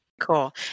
cool